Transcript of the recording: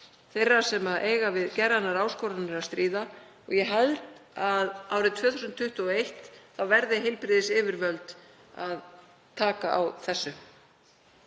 þeirra sem eiga við geðrænar áskoranir að stríða og ég held að árið 2021 verði heilbrigðisyfirvöld að taka á þessu.